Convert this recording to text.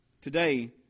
Today